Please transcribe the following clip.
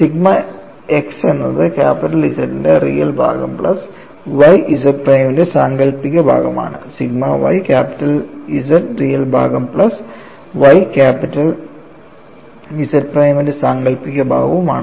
sigma x എന്നത് capital Zൻറെ real ഭാഗം പ്ലസ് y Z പ്രൈമിന്റെ സാങ്കൽപ്പിക ഭാഗമാണ് sigma y capital Z real ഭാഗം പ്ലസ് y ക്യാപിറ്റൽ Z പ്രൈമിന്റെ സാങ്കൽപ്പിക ഭാഗവും ആണ്